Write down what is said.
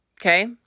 Okay